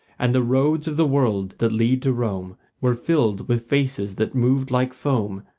and the roads of the world that lead to rome were filled with faces that moved like foam,